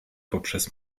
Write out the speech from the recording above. poprzez